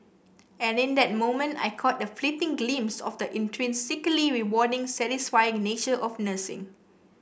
and in that moment I caught a fleeting glimpse of the intrinsically rewarding satisfying nature of nursing